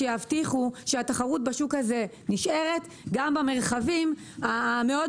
שיבטיחו שהתחרות בשוק הזה נשארת גם במרחבים המאוד